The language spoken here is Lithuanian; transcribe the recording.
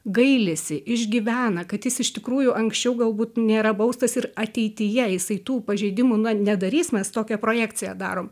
gailisi išgyvena kad jis iš tikrųjų anksčiau galbūt nėra baustas ir ateityje jisai tų pažeidimų na nedarys mes tokią projekciją darom